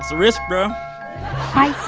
risk, bro hi,